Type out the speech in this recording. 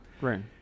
right